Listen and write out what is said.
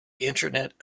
internet